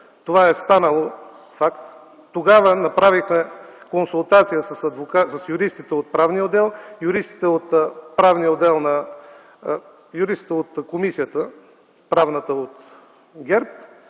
това е станало факт. Тогава направихме консултация с юристите от Правния отдел, юристите от Правната комисия на ГЕРБ